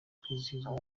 kwizihizwa